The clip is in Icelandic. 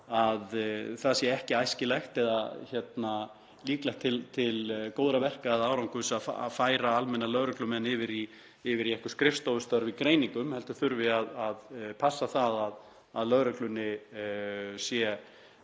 að það sé ekki æskilegt eða líklegt til góðra verka eða árangurs að færa almenna lögreglumenn yfir í einhver skrifstofustörf í greiningum, heldur þurfi að passa það að lögreglunni séu